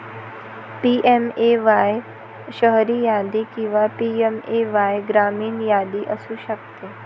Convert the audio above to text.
PMAY शहरी यादी किंवा पी.एम.ए.वाय ग्रामीण यादी असू शकते